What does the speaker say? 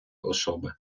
особи